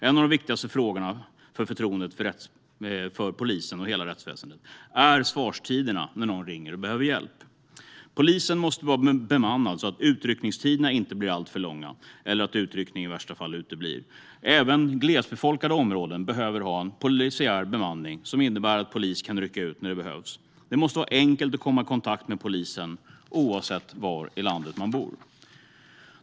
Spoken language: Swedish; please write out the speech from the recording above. En av de allra viktigaste frågorna när det gäller förtroendet för polisen och rättsväsendet är svarstiderna när någon ringer och behöver hjälp. Polisen måste vara bemannad så att utryckningstiderna inte blir alltför långa eller utryckning i värsta fall uteblir. Även glesbefolkade områden behöver ha en polisiär bemanning som innebär att polis kan rycka ut när det behövs. Det måste vara enkelt att komma i kontakt med polisen oavsett var i landet man bor.